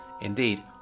Indeed